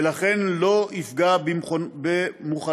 ולכן לא יפגע במוכנותו.